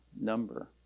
number